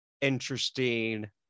interesting